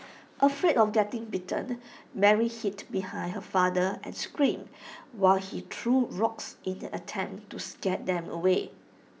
afraid of getting bitten Mary hid behind her father and screamed while he threw rocks in an attempt to scare them away